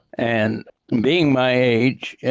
and being my age,